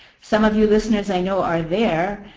some of you listeners i know are there.